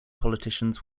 politicians